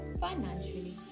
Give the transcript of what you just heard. financially